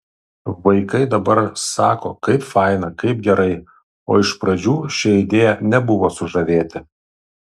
vaikai dabar sako kaip faina kaip gerai o iš pradžių šia idėja nebuvo sužavėti